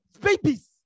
babies